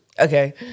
Okay